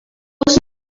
was